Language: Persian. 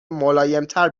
ملایمتر